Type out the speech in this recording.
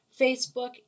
Facebook